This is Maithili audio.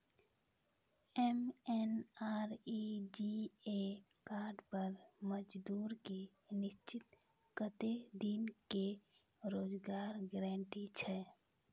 एम.एन.आर.ई.जी.ए कार्ड पर मजदुर के निश्चित कत्तेक दिन के रोजगार गारंटी छै?